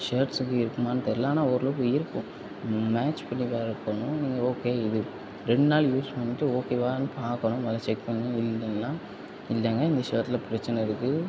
ஷர்ட்ஸ்க்கு இருக்குமான்னு தெரில ஆனால் ஓரளவுக்கு இருக்கும் மேட்ச் பண்ணி ஆர்டர் பண்ணும் நீங்கள் ஓகே இது ரெண்டு நாள் யூஸ் பண்ணிவிட்டு ஓகேவான்னு பார்க்கணும் முதல் செக் பண்ணி இல்லிங்கன்னா இல்லைன்னா இந்த ஷர்ட்டில் பிரச்சனை இருக்கு